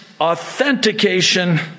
authentication